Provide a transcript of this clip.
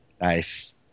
Nice